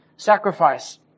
Sacrifice